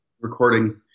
recording